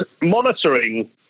monitoring